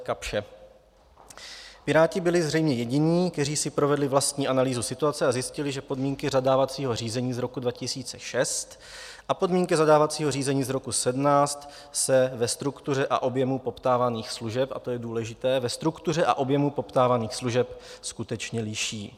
Piráti byli zřejmě jediní, kteří si provedli vlastní analýzu situace a zjistili, že podmínky zadávacího řízení z roku 2006 a podmínky zadávacího řízení z roku 2017 se ve struktuře a objemu poptávaných služeb a to je důležité ve struktuře a objemu poptávaných služeb skutečně liší.